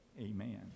amen